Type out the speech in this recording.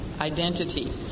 identity